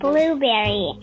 Blueberry